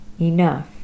enough